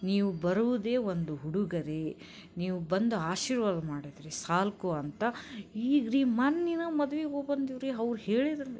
ನೀವು ಬರುವುದೇ ಒಂದು ಉಡುಗೊರೆ ನೀವು ಬಂದು ಆಶೀರ್ವಾದ ಮಾಡಿದರೆ ಸಾಕು ಅಂತ ಈಗರೀ ಮೊನ್ನೆ ನಾ ಮದುವೆಗ್ ಹೋಗ್ ಬಂದೀವ್ರಿ ಅವ್ರ್ ಹೇಳಿದ್ರು ರೀ